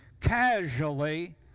casually